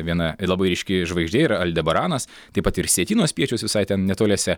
viena labai ryški žvaigždė yra aldebaranas taip pat ir sietyno spiečius visai ten netoliese